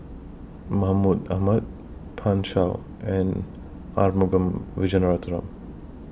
Mahmud Ahmad Pan Shou and Arumugam Vijiaratnam